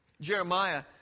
Jeremiah